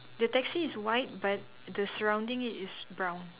the taxi is white but the surrounding it is brown